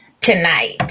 tonight